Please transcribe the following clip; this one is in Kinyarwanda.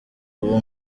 uwo